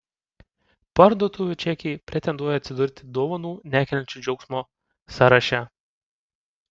parduotuvių čekiai pretenduoja atsidurti dovanų nekeliančių džiaugsmo sąraše